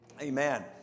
Amen